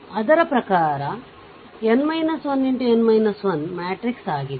ಅದರ ಪ್ರಕಾರ ಅದು X ಮ್ಯಾಟ್ರಿಕ್ಸ್ ಆಗಿದೆ